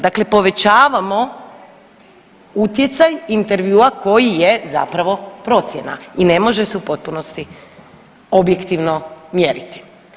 Dakle, povećavamo utjecaj intervjua koji je zapravo procjena i ne može se u potpunosti objektivno mjeriti.